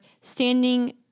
standing